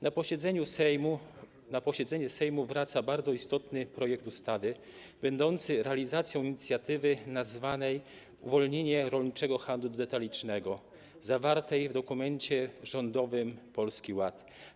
Na posiedzenie Sejmu wraca bardzo istotny projekt ustawy będący realizacją inicjatywy nazwanej: uwolnienie rolniczego handlu detalicznego, zawartej w dokumencie rządowym Polski Ład.